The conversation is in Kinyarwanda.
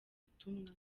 butumwa